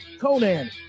Conan